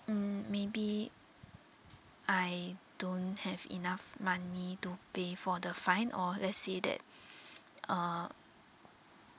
mm maybe I don't have enough money to pay for the fine or let's say that uh